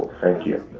thank you.